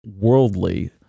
worldly